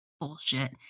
bullshit